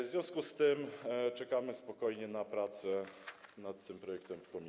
W związku z tym czekamy spokojnie na prace nad tym projektem w komisji.